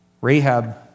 Rahab